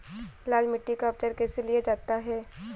लाल मिट्टी का उपचार कैसे किया जाता है?